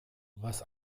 was